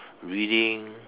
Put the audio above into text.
reading